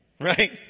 Right